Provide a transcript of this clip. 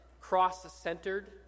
cross-centered